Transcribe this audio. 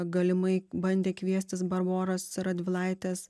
galimai bandė kviestis barboros radvilaitės